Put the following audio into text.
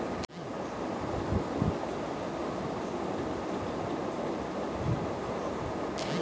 যে বাজার রাস্তার ওপরে ফেলে করা হয় তাকে স্ট্রিট মার্কেট বলে